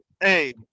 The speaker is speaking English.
hey